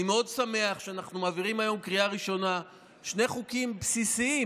אני מאוד שמח שאנחנו מעבירים היום בקריאה ראשונה שני חוקים בסיסיים.